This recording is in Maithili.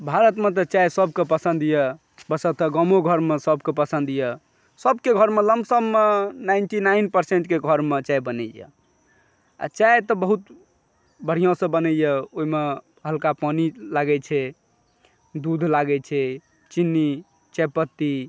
भारतमे तऽ चाय सभके पसन्द अइ हमरसभके गामो घरमे सभके पसन्द अइ सभके घरमे लम्पसममे नाइंटी नाइन पर्सेंटके घरमे चाय बनैए आओर चाय तऽ बहुत बढ़िआँसँ बनैए ओहिमे हल्का पानी लागै छै दूध लागै छै चिन्नी चायपत्ती